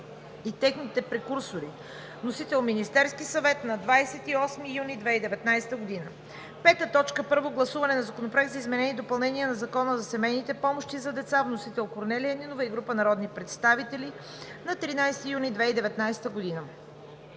и техните прекурсори. Вносител е Министерският съвет на 28 юни 2019 г. 5. Първо гласуване на Законопроекта за изменение и допълнение на Закона за семейни помощи за деца. Вносител е Корнелия Нинова и група народни представители на13 юни 2019 г.